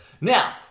Now